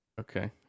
okay